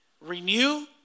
Renew